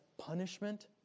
punishment